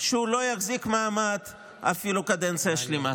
שלא יחזיק מעמד אפילו קדנציה שלמה.